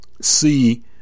see